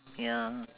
ya